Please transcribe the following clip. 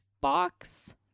box